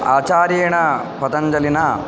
आचार्येण पतञ्जलिना